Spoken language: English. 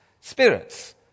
spirits